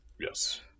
Yes